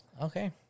Okay